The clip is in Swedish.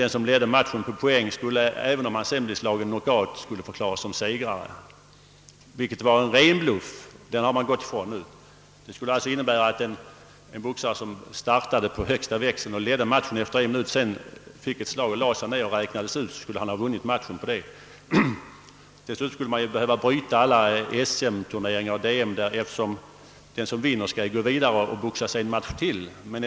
Den som ledde en match på poäng skulle, även om han sedan blev slagen knockout, förklaras som segrare. Det var en ren bluff, och det har man gått ifrån nu. Det skulle leda till att en boxare som startat på högsta växel och ledde matchen efter en minut kunde, efter att ha fått ett slag, lägga sig ned och räknas ut; då skulle han ha vunnit matchen på det sättet. Dessutom skulle man vara tvungen att bryta alla SM och DM-turneringar, där den som vinner skall gå ytterligare matcher.